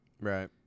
right